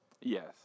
Yes